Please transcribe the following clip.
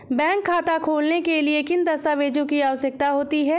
Bank खाता खोलने के लिए किन दस्तावेजों की आवश्यकता होती है?